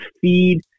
feed